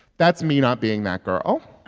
that's me not being that girl